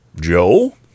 Joe